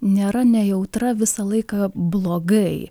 nėra nejautra visą laiką blogai